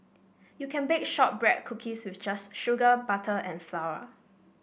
you can bake shortbread cookies with just sugar butter and flour